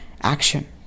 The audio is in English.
action